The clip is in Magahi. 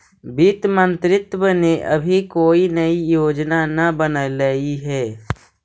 वित्त मंत्रित्व ने अभी कोई नई योजना न बनलई हे